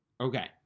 Okay